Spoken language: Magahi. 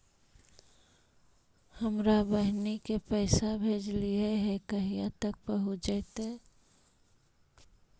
हमरा बहिन के पैसा भेजेलियै है कहिया तक पहुँच जैतै?